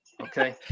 Okay